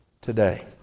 today